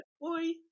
boy